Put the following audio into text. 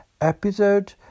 episode